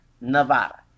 Nevada